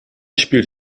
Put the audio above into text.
spielt